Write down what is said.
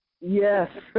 Yes